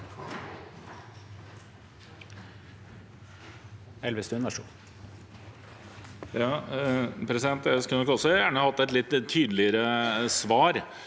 også gjerne hatt et litt tydeligere svar.